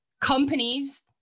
companies